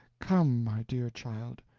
come, my dear child,